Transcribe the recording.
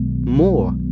More